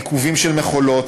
עיכובים של מכולות,